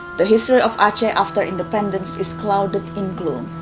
the history of aceh ah after independance is clouded in gloom.